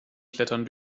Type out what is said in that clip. klettern